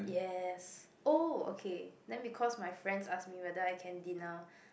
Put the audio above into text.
yes oh okay then because my friends ask me whether I can dinner